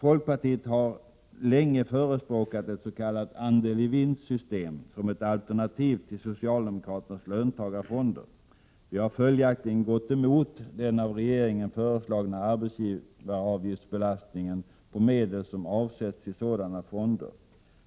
Folkpartiet har länge förespråkat ett s.k. andel-i-vinstsystem som ett alternativ till socialdemokraternas löntagarfonder. Vi har följaktligen gått emot den av regeringen föreslagna arbetsgivaravgiftsbelastningen på medel som avsätts till sådana fonder.